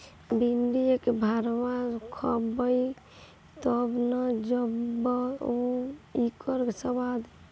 भिन्डी एक भरवा खइब तब न जनबअ इकर स्वाद